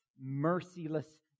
merciless